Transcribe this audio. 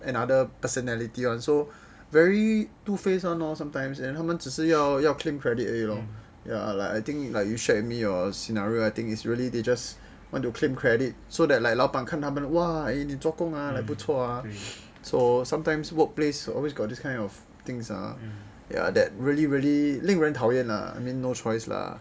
another personality [one] so very two face [one] lor then 他们只是要要 claim credit only lor then ya like I think like you shared with me your scenario I think it's really they just when to claim credit so that when 老板看他们 like !wah! eh 你做工不错 ah so sometimes workplace always got this kind of things ah ya that really really 令人讨厌 lah I mean no choice lah